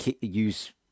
use